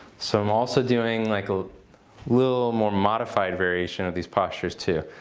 so i'm also doing like a little more modified variation of these postures too.